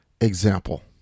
example